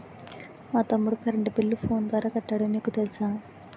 మా తమ్ముడు కరెంటు బిల్లును ఫోను ద్వారా కట్టాడు నీకు తెలుసా